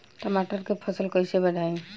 टमाटर के फ़सल कैसे बढ़ाई?